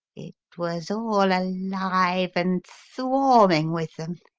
it was all alive and swarming with them.